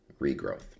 regrowth